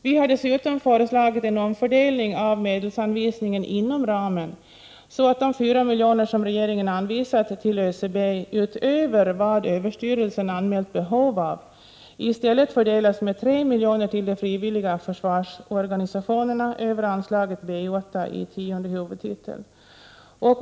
Vi har dessutom föreslagit en omfördelning av medelsanvisningen inom ramen, så att de 4 miljoner som regeringen anvisat till ÖCB, utöver vad överstyrelsen anmält behov av, i stället fördelas med 3 miljoner till de frivilliga försvarsorganisationerna över anslaget B 8 i tionde huvudtiteln.